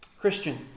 Christian